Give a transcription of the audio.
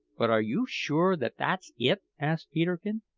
but are you sure that that's it? asked peterkin.